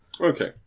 okay